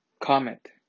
Comet